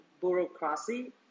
bureaucracy